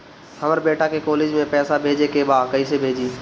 हमर बेटा के कॉलेज में पैसा भेजे के बा कइसे भेजी?